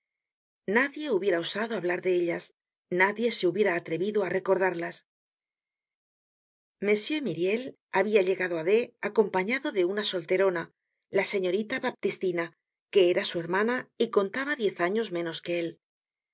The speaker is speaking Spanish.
nadie hubiera osado hablar de ellas nadie se hubiera atrevido á recordarlas m myriel habia llegado á d acompañado de una solterona la señorita baptistina que era su hermana y contaba diez años menos que él